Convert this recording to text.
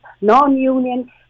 non-union